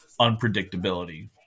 unpredictability